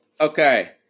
Okay